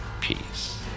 peace